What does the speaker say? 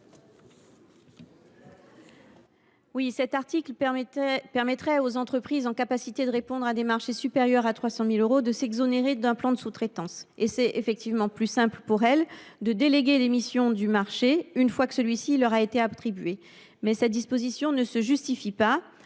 actuelle permettrait aux entreprises capables de répondre à des marchés supérieurs à 300 000 euros de s’exonérer d’un plan de sous traitance. De fait, il est plus simple pour elles de déléguer les missions du marché une fois que celui ci leur a été attribué. Cette disposition ne se justifie pas,